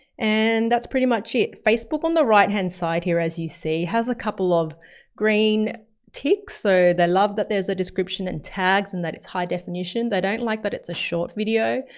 and that's pretty much it. facebook on the right-hand side here, as you see, has a couple of green ticks. so they love that there's a description and tags, and that it's high definition. they don't like that it's a short video,